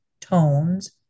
tones